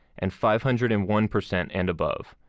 and five hundred and one percent and above.